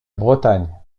bretagne